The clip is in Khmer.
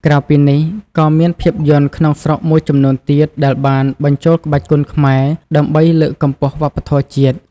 ក្រៅពីនេះ ក៏មានភាពយន្តក្នុងស្រុកមួយចំនួនទៀតដែលបានបញ្ចូលក្បាច់គុណខ្មែរដើម្បីលើកកម្ពស់វប្បធម៌ជាតិ។